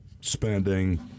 spending